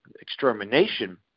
extermination